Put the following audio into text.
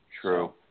True